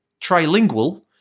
trilingual